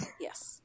Yes